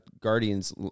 Guardians